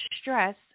stress